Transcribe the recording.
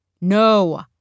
No